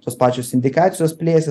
tos pačios indikacijos plėsis